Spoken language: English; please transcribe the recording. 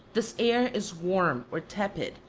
this air is warm or tepid,